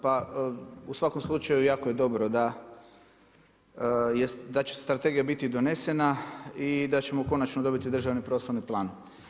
Pa u svakom slučaju jako je dobro da će strategija biti donesena i da ćemo konačno dobiti državni prostorni plan.